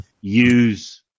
use